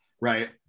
Right